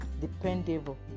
dependable